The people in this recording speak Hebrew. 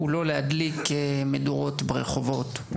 הוא לא להדליק מדורות ברחובות,